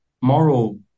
moral